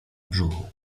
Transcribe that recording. brzuchu